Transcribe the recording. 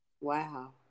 Wow